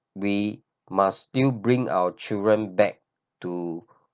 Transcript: we must still bring our children back to